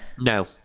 No